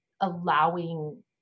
allowing